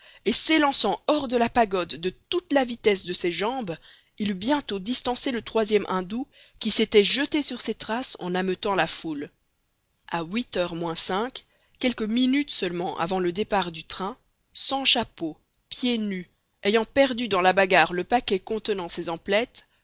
et s'élançant hors de la pagode de toute la vitesse de ses jambes il eut bientôt distancé le troisième indou qui s'était jeté sur ses traces en ameutant la foule a huit heures moins cinq quelques minutes seulement avant le départ du train sans chapeau pieds nus ayant perdu dans la bagarre le paquet contenant ses emplettes